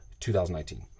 2019